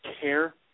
care